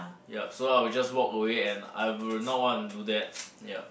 yup so I will just walk away and I will not want to do that yup